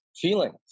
feelings